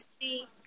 see